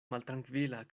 maltrankvila